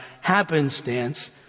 happenstance